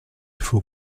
faut